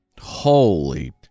Holy